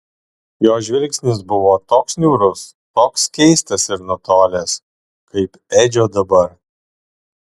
jo žvilgsnis buvo toks niūrus toks keistas ir nutolęs kaip edžio dabar